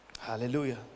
Hallelujah